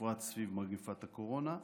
בפרט סביב מגפת הקורונה.